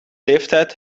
leeftijd